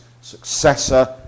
successor